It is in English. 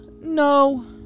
no